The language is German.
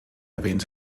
erwähnt